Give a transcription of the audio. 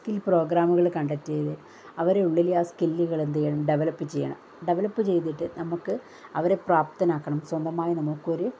skill പ്രോഗ്രാമുകള് conduct ചെയ്ത് അവരെ ഉള്ളിലെ ആ സ്കില്ലുകൾ എന്തെയ്യണം ഡെവലപ് ചെയ്യണം ഡെവലപ് ചെയ്തിട്ട് നമുക്ക് അവനെ പ്രാപ്തനാക്കണം സ്വന്തമായി നമ്മൾക്കൊരു